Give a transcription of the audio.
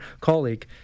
colleague